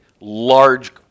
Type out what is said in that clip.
large